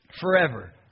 forever